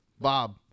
Bob